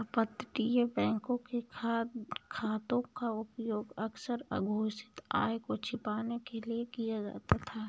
अपतटीय बैंकों के खातों का उपयोग अक्सर अघोषित आय को छिपाने के लिए किया जाता था